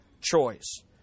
choice